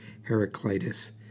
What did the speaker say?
Heraclitus